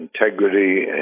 integrity